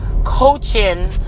coaching